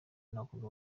n’abakobwa